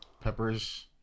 peppers